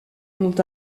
ont